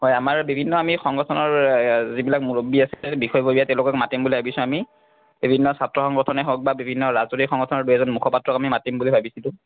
হয় আমাৰ বিভিন্ন আমি সংগঠনৰ যিবিলাক মুৰব্বী আছে বিষয়ববীয়া তেওঁলোকক মাতিম বুলি ভাবিছোঁ আমি বিভিন্ন ছাত্ৰ সংগঠনেই হওক বা বিভিন্ন ৰাজনৈতিক সংগঠনৰ দুজনমান মুখপাত্ৰক আমি মাতিম বুলি ভাবিছিলোঁ